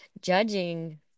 judging